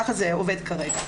כך זה עובד כרגע.